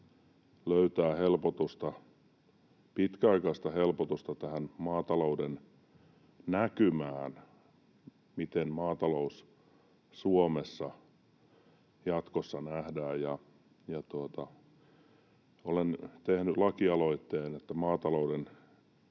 löytää pitkäaikaista helpotusta tähän maatalouden näkymään, miten maatalous Suomessa jatkossa nähdään. Olen tehnyt lakialoitteen, että maatalouden